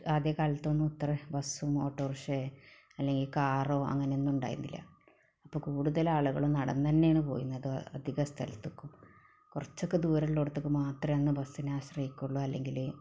ആദ്യ കാലത്തൊന്നും ഇത്രയും ബസ്സും ഓട്ടോറിക്ഷ അല്ലെങ്കിൽ കാറോ അങ്ങനൊന്നും ഉണ്ടായിരുന്നില്ല അപ്പോൾ കൂടുതല് ആളുകളും നടന്ന് തന്നെയാണ് പോയിരുന്നത് അധിക സ്ഥലത്തേക്കും കുറച്ചൊക്കെ ദൂരമുള്ളിടത്തേയ്ക്ക് മാത്രമെ അന്ന് ബസിനെ ആശ്രയിക്കുകയുള്ളൂ അല്ലെങ്കില്